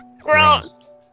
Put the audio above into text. Gross